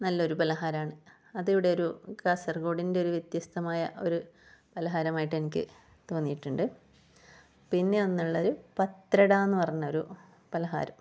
നല്ലൊരു പലഹാരമാണ് അതിവിടെ ഒരു കാസർഗോഡിൻ്റെ ഒരു വ്യത്യസ്തമായ ഒരു പാലഹാരമായിട്ട് എനിക്ക് തോന്നിയിട്ടുണ്ട് പിന്നെ ഒന്നുള്ളൊരു പത്രട എന്ന് പറഞ്ഞ ഒരു പലഹാരം